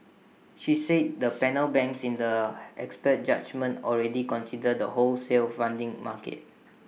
she said the panel banks in the expert judgement already consider the wholesale funding market